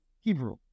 Hebrew